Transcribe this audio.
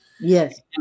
Yes